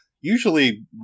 Usually